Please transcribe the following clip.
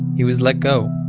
he was let go.